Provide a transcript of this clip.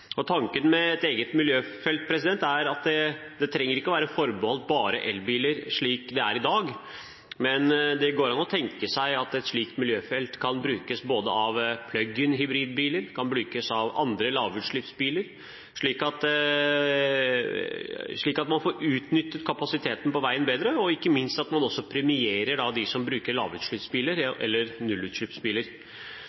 Tanken er at et eget miljøfelt ikke trenger å være forbeholdt elbiler, slik det er i dag, det går an å tenke seg at et slikt miljøfelt kan brukes av både plug-in hybridbiler og andre lavutslippsbiler, slik at man får utnyttet kapasiteten på veien bedre, og ikke minst at man også premierer dem som bruker lavutslippsbiler